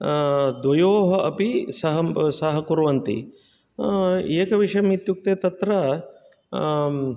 द्वयोः अपि सहं सह कुर्वन्ति एकविषयम् इत्युक्ते तत्र